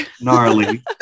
Gnarly